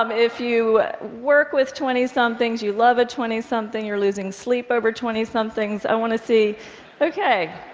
um if you work with twentysomethings, you love a twentysomething, you're losing sleep over twentysomethings, i want to see okay.